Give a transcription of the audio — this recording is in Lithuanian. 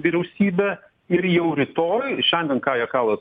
vyriausybę ir jau rytoj šiandien kaja kallas